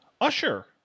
Usher